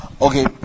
Okay